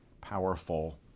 powerful